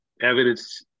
evidence